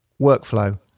workflow